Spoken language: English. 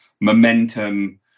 Momentum